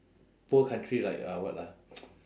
poor country like uh what lah